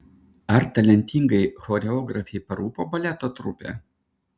ar talentingai choreografei parūpo baleto trupė